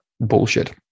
bullshit